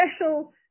special –